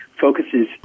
focuses